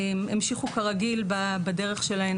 והמשיכו כרגיל בדרך שלהן.